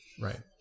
right